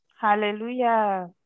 Hallelujah